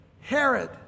Herod